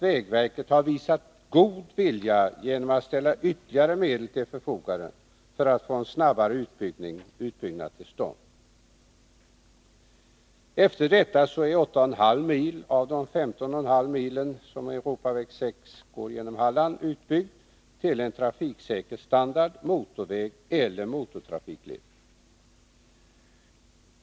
Vägverket har visat god vilja genom att ställa ytterligare medel till förfogande för att få en snabbare utbyggnad till stånd. Därmed är 8 1 2 milen E 6 i Halland utbyggda till trafiksäker standard — motorväg eller motortrafikled.